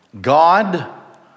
God